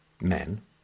men